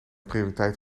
prioriteit